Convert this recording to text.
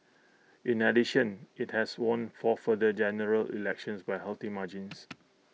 in addition IT has won four further general elections by healthy margins